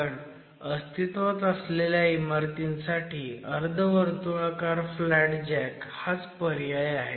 पण अस्तित्वात असलेल्या इमारतींसाठी अर्धवर्तुळाकार फ्लॅट जॅक हाच पर्याय आहे